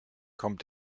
kommt